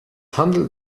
handelt